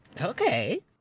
Okay